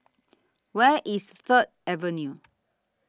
Where IS Third Avenue